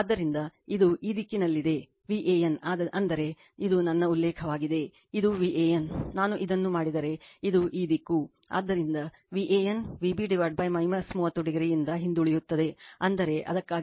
ಆದ್ದರಿಂದ ಇದು ಈ ದಿಕ್ಕಿನಲ್ಲಿದೆ Van ಅಂದರೆ ಇದು ನನ್ನ ಉಲ್ಲೇಖವಾಗಿದೆ ಇದು Van ನಾನು ಇದನ್ನು ಮಾಡಿದರೆ ಇದು ಈ ದಿಕ್ಕು ಆದ್ದರಿಂದ Van V b 30o ನಿಂದ ಹಿಂದುಳಿಯುತ್ತದೆ ಅಂದರೆ ಅದಕ್ಕಾಗಿಯೇ Van VL√ 3 ಕೋನ 50